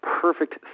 perfect